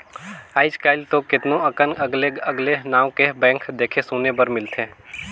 आयज कायल तो केतनो अकन अगले अगले नांव के बैंक देखे सुने बर मिलथे